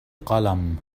قلم